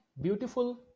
beautiful